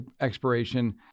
expiration